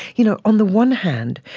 you know, on the one hand,